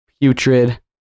putrid